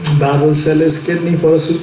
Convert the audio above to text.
battle cellars kidney for a